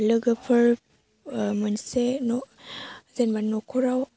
लोगोफोर मोनसे जेनेबा न'खराव